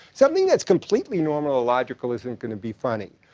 something that's completely normal or logical isn't going to be funny.